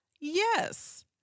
yes